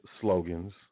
slogans